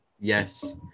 Yes